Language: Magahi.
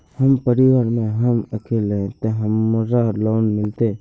हम परिवार में हम अकेले है ते हमरा लोन मिलते?